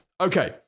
Okay